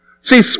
See